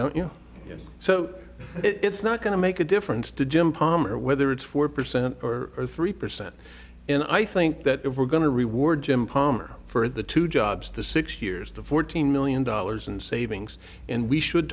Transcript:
know so it's not going to make a difference to jim palmer whether it's four percent or three percent and i think that we're going to reward jim palmer for the two jobs to six years to fourteen million dollars in savings and we should